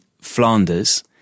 Flanders